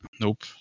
nope